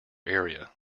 area